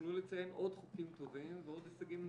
תוכלו לציין עוד חוקים טובים ועוד הישגים נפלאים.